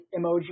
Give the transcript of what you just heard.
emoji